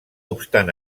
obstant